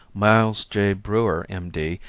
miles j. brewer, m. d,